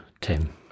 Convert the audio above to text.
Tim